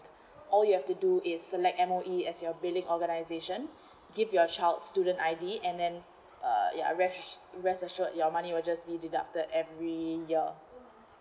all you have to do is select M_O_E as your believed organisation give your child's student I_D and then err ya res~ rest assured your money will just be deducted every year